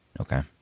Okay